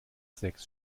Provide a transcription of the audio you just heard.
sechs